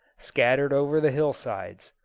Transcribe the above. scattered over the hill sides.